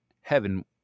heaven